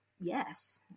yes